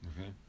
Okay